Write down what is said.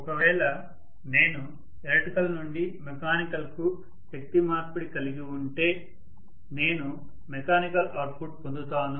ఒకవేళ నేను ఎలక్ట్రికల్ నుండి మెకానికల్ కు శక్తి మార్పిడి కలిగి ఉంటే నేను మెకానికల్ అవుట్పుట్ పొందుతాను